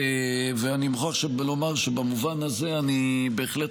אני מוכרח לומר שבמובן הזה אני בהחלט